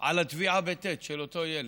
על הטביעה בטי"ת של אותו ילד.